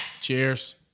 Cheers